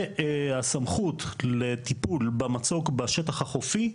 והסמכות לטיפול במצוק בשטח החופי,